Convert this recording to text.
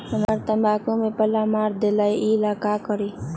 हमरा तंबाकू में पल्ला मार देलक ये ला का करी?